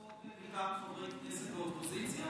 היו פה הצעות דחופות מטעם חברי כנסת באופוזיציה?